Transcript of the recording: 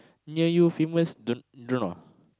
near you famous do do you know